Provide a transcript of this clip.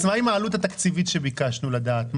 העלות התקציבית שביקשנו לדעת?